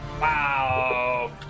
Wow